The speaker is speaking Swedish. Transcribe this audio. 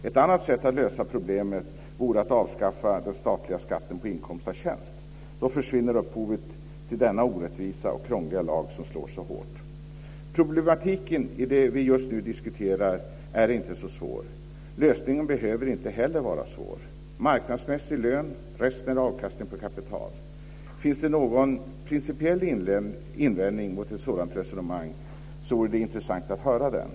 Ett annat sätt att lösa problemet vore att avskaffa den statliga skatten på inkomst av tjänst. Då försvinner upphovet till denna orättvisa och krångliga lag som slår så hårt. Problematiken i det vi nu diskuterar är inte så svår. Lösningen behöver inte heller vara svår: marknadsmässig lön, resten avkastning på kapital. Finns det någon principiell invändning mot ett sådant resonemang vore det intressant att höra den.